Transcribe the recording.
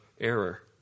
error